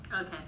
Okay